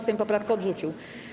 Sejm poprawkę odrzucił.